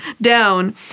down